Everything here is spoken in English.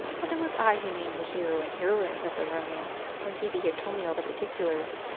but it was i who named the hero and heroines of the romance when phoebe had told me all the particulars.